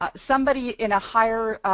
ah somebody in a higher